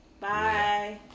Bye